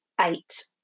eight